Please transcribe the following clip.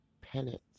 penance